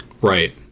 Right